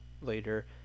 later